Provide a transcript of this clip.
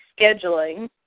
scheduling